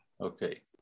Okay